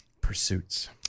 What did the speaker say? Pursuits